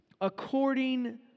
according